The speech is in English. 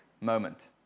moment